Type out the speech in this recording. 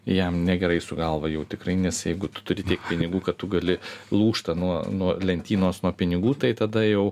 jam negerai su galva jau tikrai nes jeigu tu turi tiek pinigų kad tu gali lūžta nuo nuo lentynos nuo pinigų tai tada jau